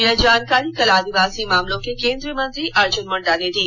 यह जानकारी कल आदिवासी मामलों के केंद्रीय मंत्री अर्जुन मुंडा ने कल दी